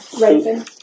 Raven